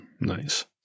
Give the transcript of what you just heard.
Nice